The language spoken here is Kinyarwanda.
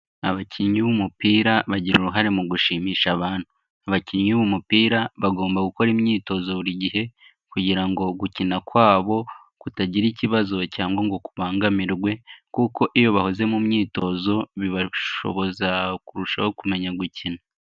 Abakinnyi b'umupira bagira uruhare mu gushimisha abantu. Abakinnyi b'umupira bagomba gukora imyitozo buri gihe kugira ngo gukina kwabo kutagira ikibazo cyangwa ngo kubangamirwe, kuko iyo bahoze mu myitozo bibashoboza kurushaho kumenya gukina.